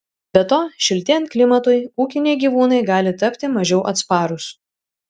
be to šiltėjant klimatui ūkiniai gyvūnai gali tapti mažiau atsparūs